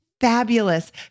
Fabulous